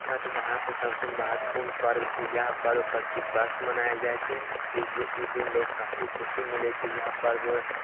छठ भारतके सबसँ महत्त्वपूर्ण पर्व छै इएह पर्व प्रति वर्ष मनायल जाइ छै ई दिन ई दिन लोग काफी खुशी मिलय छै इएह पर्व